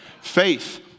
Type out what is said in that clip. Faith